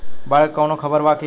बाढ़ के कवनों खबर बा की?